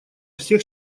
всех